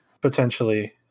Potentially